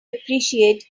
appreciate